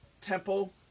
temple